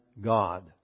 God